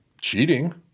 cheating